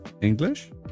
English